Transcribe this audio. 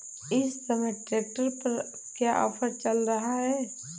इस समय ट्रैक्टर पर क्या ऑफर चल रहा है?